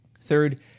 Third